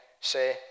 say